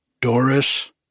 Doris